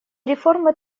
реформы